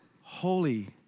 holy